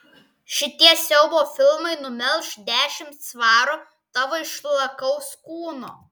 šitie siaubo filmai numelš dešimt svarų tavo išlakaus kūno